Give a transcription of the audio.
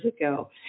ago